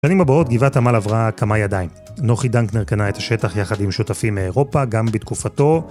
בשנים הבאות גבעת עמל עברה כמה ידיים. נוחי דנקנר קנה את השטח יחד עם שותפים מאירופה גם בתקופתו.